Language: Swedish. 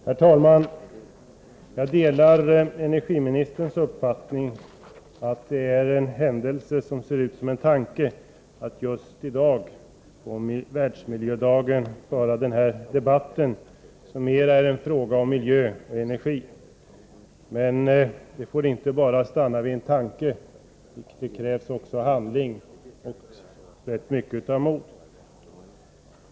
Herr talman! Jag delar energiministerns uppfattning att det är en händelse som ser ut som en tanke att vi just i dag, på Världsmiljödagen, för den här debatten, som mera handlar om miljö än om energi. Men det får inte stanna vid bara en tanke. Frågorna kräver också handling och rätt mycket av mod.